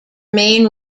main